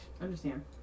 Understand